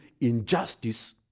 injustice